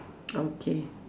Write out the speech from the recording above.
okay